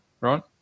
right